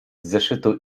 zeszytu